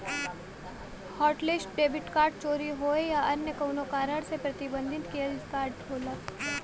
hotlist debit card चोरी होये या अन्य कउनो कारण से प्रतिबंधित किहल कार्ड होला